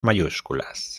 mayúsculas